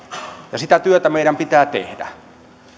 ja sitä työtä meidän pitää tehdä